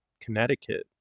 Connecticut